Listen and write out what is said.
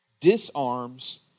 Disarms